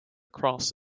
cross